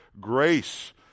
grace